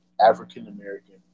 African-American